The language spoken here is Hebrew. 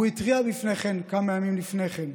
הוא התריע כמה ימים לפני כן.